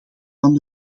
van